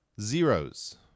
Zeros